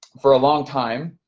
for a long time.